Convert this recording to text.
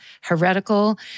heretical